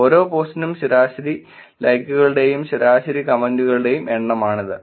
ഓരോ പോസ്റ്റിനും ശരാശരി ലൈക്കുകളുടെയും ശരാശരി കമന്റുകളുടെയും എണ്ണമാണിത്